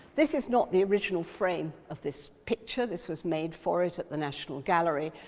this is not the original frame of this picture, this was made for it at the national gallery,